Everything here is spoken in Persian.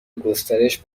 گسترش